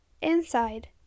inside